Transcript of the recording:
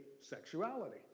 Sexuality